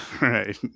Right